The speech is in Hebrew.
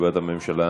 תשובת הממשלה.